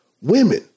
Women